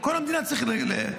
בכל המדינה צריך ------ נו.